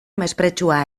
mespretxua